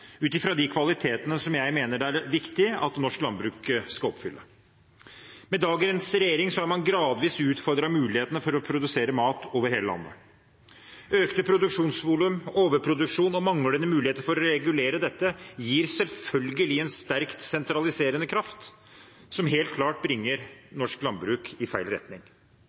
ut fra de kvalitetene som jeg mener er viktig at norsk landbruk skal oppfylle. Med dagens regjering har man gradvis utfordret mulighetene for å produsere mat over hele landet. Økte produksjonsvolum, overproduksjon og manglende muligheter for å regulere dette er selvfølgelig en sterk sentraliserende kraft som helt klart bringer norsk landbruk i feil retning.